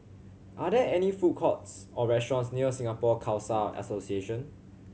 are there any food courts or restaurants near Singapore Khalsa Association